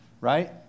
right